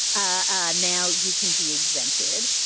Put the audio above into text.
ah now you can be exempted.